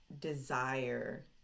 desire